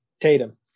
Tatum